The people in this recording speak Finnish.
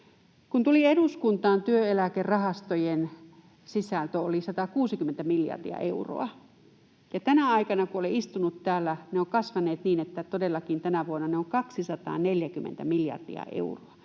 Kun tulin eduskuntaan, työeläkerahastojen sisältö oli 160 miljardia euroa, ja tänä aikana, kun olen istunut täällä, ne ovat kasvaneet niin, että todellakin tänä vuonna ne ovat 240 miljardia euroa,